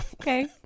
okay